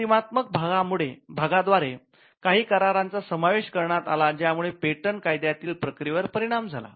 प्रक्रियात्मक भाग द्व्यारे काही करारांचा समावेश करण्यात आला ज्या मुळे पेटंट कायद्यातील प्रक्रियेवर परिणाम झाला